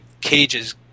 cages